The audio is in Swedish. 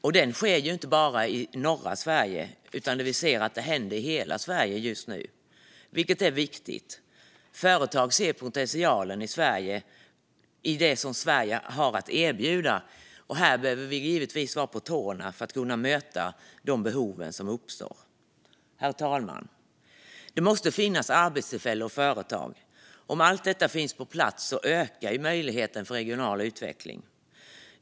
Det här sker inte bara i norra Sverige, utan vi ser att det händer i hela Sverige just nu. Det är viktigt. Företag ser potentialen i det Sverige har att erbjuda. Här behöver vi givetvis vara på tårna för att kunna möta behoven som uppstår. Herr talman! Det måste finnas arbetstillfällen och företag. Om allt detta finns på plats ökar möjligheten för regional utveckling.